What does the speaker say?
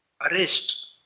arrest